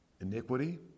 iniquity